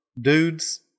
dudes